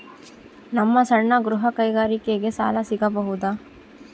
ನಮ್ಮ ಸಣ್ಣ ಗೃಹ ಕೈಗಾರಿಕೆಗೆ ಸಾಲ ಸಿಗಬಹುದಾ?